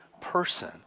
person